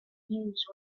use